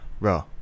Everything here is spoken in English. bro